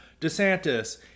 DeSantis